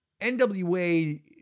NWA